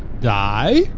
die